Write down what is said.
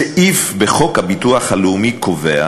סעיף בחוק הביטוח הלאומי קובע